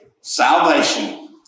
Salvation